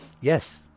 Yes